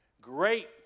great